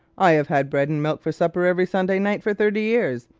i have had bread and milk for supper every sunday night for thirty years,